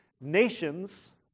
nations